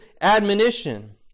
admonition